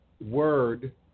word